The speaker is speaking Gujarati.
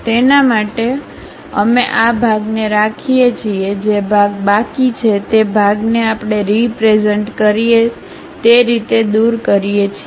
તેના માટે અમે આ ભાગને રાખીએ છીએ જે ભાગ બાકી છે તે ભાગને આપણે રી પ્રેઝન્ટ કરીએ તે રીતે દૂર કરીએ છીએ